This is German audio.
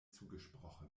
zugesprochen